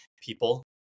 people